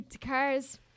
cars